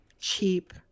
cheap